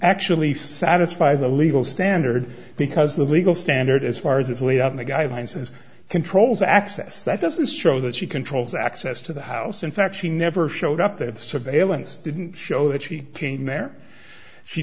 actually satisfy the legal standard because the legal standard as far as is laid out in the guidelines is controls access that doesn't show that she controls access to the house in fact she never showed up that surveillance didn't show that she came there she